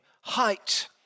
height